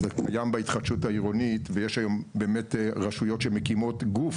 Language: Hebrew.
אז זה קיים בהתחדשות העירונית ויש היום באמת רשויות שמקימות גוף